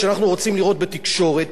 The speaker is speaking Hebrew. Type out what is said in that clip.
במיוחד בשידורי חדשות,